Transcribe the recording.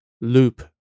loop